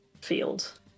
field